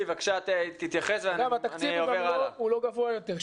התקציב הוא לא גבוה יותר,